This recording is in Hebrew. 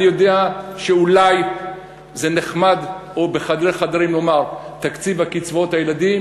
אני יודע שאולי זה נחמד לומר בחדרי חדרים שתקציב קצבאות הילדים,